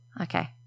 Okay